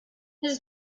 his